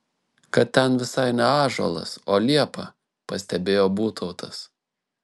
kad ten visai ne ąžuolas o liepa pastebėjo būtautas